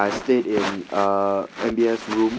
I stayed in uh M_B_S room